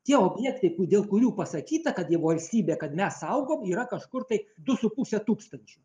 tie objektai dėl kurių pasakyta kad jeigu valstybė kad mes augom yra kažkur tai du su puse tūkstančių